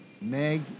Meg